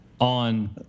on